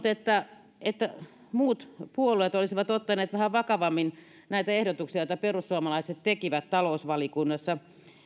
että että muut puolueet olisivat ottaneet vähän vakavammin näitä ehdotuksia joita perussuomalaiset tekivät talousvaliokunnassa